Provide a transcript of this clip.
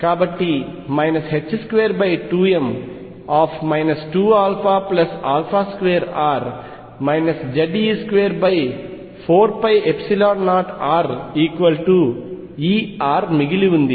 కాబట్టి 22m 2α2r Ze24π0rEr మిగిలి ఉంది